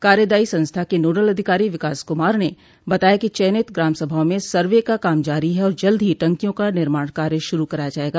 कार्यदायी संस्था के नोडल अधिकारी विकास क्मार ने बताया कि चयनित ग्रामसभाओं में सवे का काम जारी है और जल्द ही टंकियों का निर्माण कार्य शुरू कराया जायेगा